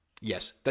Yes